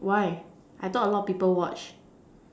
why I thought a lot of people watch